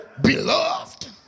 Beloved